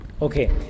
Okay